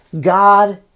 God